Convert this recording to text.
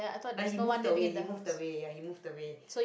like he moved away he moved away ya he moved away